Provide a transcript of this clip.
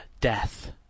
Death